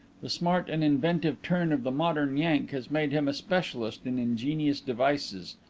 the smart and inventive turn of the modern yank has made him a specialist in ingenious devices,